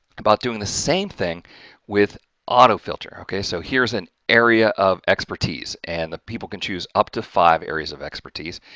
about doing the same thing with auto-filter, okay? so, here's an area of expertise and the people can choose up to five areas of expertise.